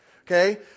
Okay